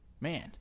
Man